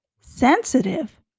Sensitive